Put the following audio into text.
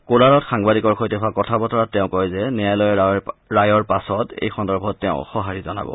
কোলাৰত সাংবাদিকৰ সৈতে হোৱা কথা বতৰাত তেওঁ কয় যে উচ্চতম ন্যায়ালয়ৰ ৰায়ৰ পাছত এই সন্দৰ্ভত তেওঁ সহাৰি জনাব